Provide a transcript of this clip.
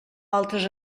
altres